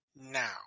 now